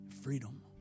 freedom